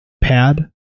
pad